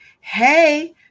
hey